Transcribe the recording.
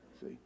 See